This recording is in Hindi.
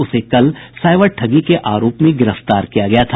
उसे कल साइबर ठगी के आरोप में गिरफ्तार किया गया था